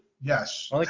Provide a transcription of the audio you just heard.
Yes